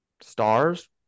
stars